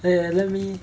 !aiya! let me